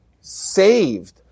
saved